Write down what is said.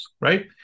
right